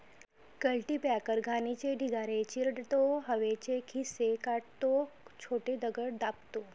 cultipacker घाणीचे ढिगारे चिरडतो, हवेचे खिसे काढतो, छोटे दगड दाबतो